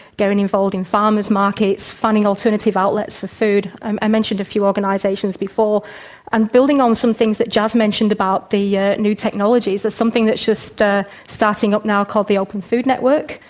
getting involved in farmers' markets, finding alternative outlets for food i mentioned a few organisations before and building on some things that jaz mentioned about the yeah new technologies, there's something that's just ah starting up now called the open food network,